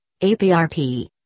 APRP